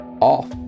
off